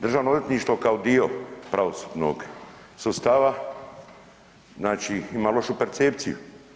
Državno odvjetništvo kao dio pravosudnog sustava, znači ima lošu percepciju.